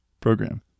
program